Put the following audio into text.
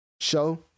show